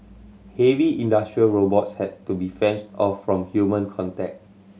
heavy industrial robots had to be fenced off from human contact